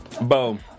Boom